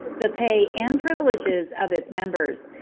the pay and privileges of its members,